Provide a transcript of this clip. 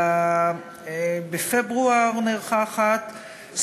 בפברואר נערכה אחת,